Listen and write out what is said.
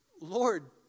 Lord